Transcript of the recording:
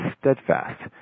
steadfast